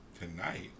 tonight